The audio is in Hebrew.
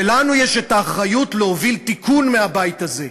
ולנו יש את האחריות להוביל תיקון מהבית הזה.